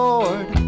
Lord